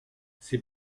ces